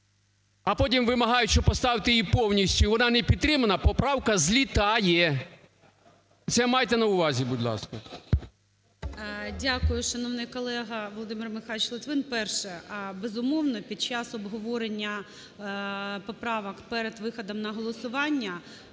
а потім вимагають, що поставте її повністю, і вона не підтримана, поправка злітає. Це майте на увазі, будь ласка. ГОЛОВУЮЧИЙ. Дякую, шановний колего Володимир Михайлович Литвин. Перше. Безумовно, під час обговорення поправок перед виходом на голосування